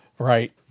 right